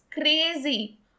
crazy